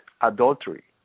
adultery